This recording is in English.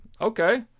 okay